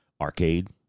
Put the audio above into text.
arcade